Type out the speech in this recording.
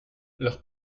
leurs